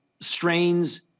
strains